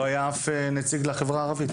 לא היה אף נציג לחברה הערבית.